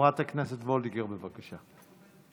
חברת הכנסת וולדיגר, בבקשה.